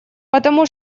потому